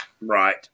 Right